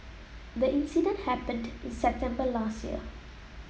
the incident happened in September last year